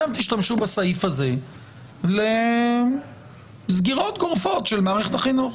תשתמשו בסעיף הזה לסגירות גורפות של מערכת החינוך?